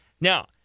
Now